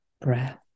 breath